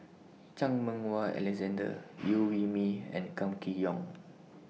Chan Meng Wah Alexander Liew Wee Mee and Kam Kee Yong